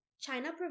China